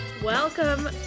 Welcome